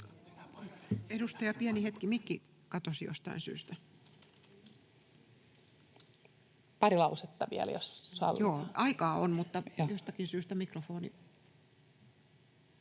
Edustaja, pieni hetki, mikki katosi jostain syystä. Joo, aikaa on, mutta jostakin syystä mikrofoni...